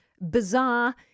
bizarre